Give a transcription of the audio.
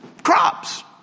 crops